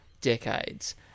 decades